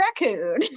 Raccoon